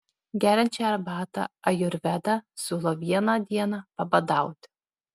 geriant šią arbatą ajurvedą siūlo vieną dieną pabadauti